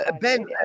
Ben